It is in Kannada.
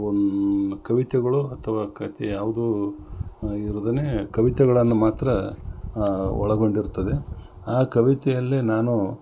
ಒಂದು ಕವಿತೆಗಳು ಅಥವಾ ಕಥೆ ಯಾವುದೂ ಇರ್ದೇ ಕವಿತೆಗಳನ್ನ ಮಾತ್ರ ಒಳಗೊಂಡಿರ್ತದೆ ಆ ಕವಿತೆಯಲ್ಲಿ ನಾನು